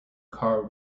car